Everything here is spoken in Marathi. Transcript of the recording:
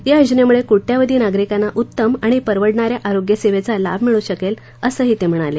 या योजनेमुळे कोट्यावधि नागरिकांना उत्तम आणि परवडणाऱ्या आरोग्य सेवेचा लाभ मिळू शकेल असंही ते यावेळी म्हणाले